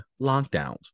lockdowns